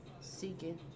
seeking